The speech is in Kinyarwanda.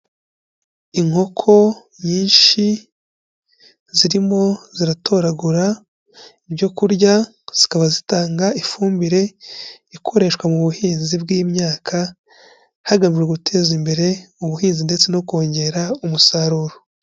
Inkoko nyinshi zirimo ziratoragura ibyo kurya, zikaba zitanga ifumbire ikoreshwa mu buhinzi bw'imyaka hagamijwe guteza imbere ubuhinzi ndetse no kongera umusaruro.